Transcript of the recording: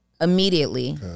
immediately